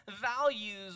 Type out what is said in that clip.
values